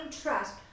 trust